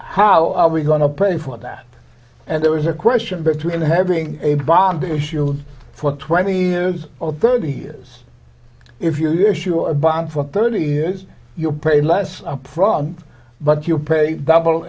how are we going to pay for that and there was a question between having a bond issue for twenty or thirty years if you issue a ban for thirty years you'll pay less upfront but you pay double